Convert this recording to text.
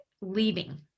leaving